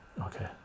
Okay